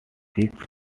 seeks